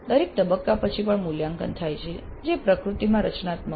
દરેક તબક્કા પછી પણ મૂલ્યાંકન થાય છે જે પ્રકૃતિમાં રચનાત્મક છે